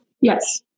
Yes